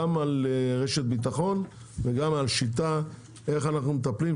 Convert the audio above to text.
גם על רשת בטחון וגם על שיטה לאיך אנחנו מטפלים,